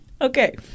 Okay